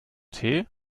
tee